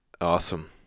Awesome